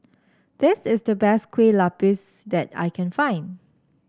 this is the best Kueh Lupis that I can find